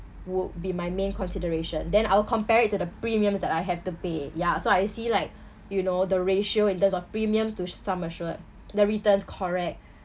would be my main consideration then I'll compared it to the premiums that I have to pay ya so I see like you know the ratio in terms of premiums to sum assured the returns correct